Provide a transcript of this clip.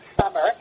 summer